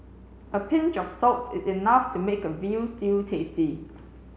a pinch of salt is enough to make a veal stew tasty